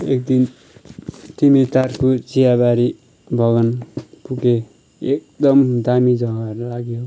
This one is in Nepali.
एक दिन तिमी तार्कु चियाबारी बगान पुगेँ एकदम दामी जग्गा लाग्यो